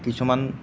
কিছুমান